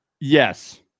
Yes